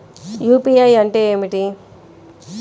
UPI అంటే ఏమిటీ?